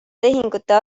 tehingute